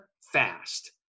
fast